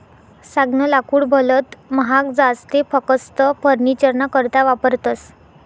सागनं लाकूड भलत महाग जास ते फकस्त फर्निचरना करता वापरतस